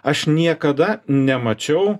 aš niekada nemačiau